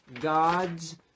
God's